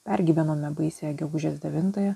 pergyvenome baisiąją gegužės devintąją